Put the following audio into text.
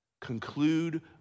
Conclude